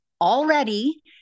already